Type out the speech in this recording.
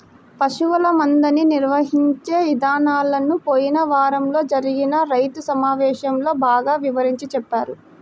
పశువుల మందని నిర్వహించే ఇదానాలను పోయిన వారంలో జరిగిన రైతు సమావేశంలో బాగా వివరించి చెప్పారు